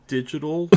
Digital